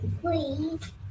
Please